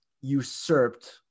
usurped